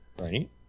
Right